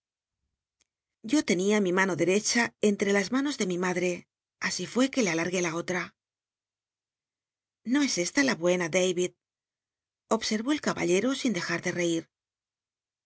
yo tenia mi mano derecha entre las manos de mi madr'c así fué que le alargué la otra i'io es esta la buena darid obserró el caba de reir